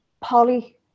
Polly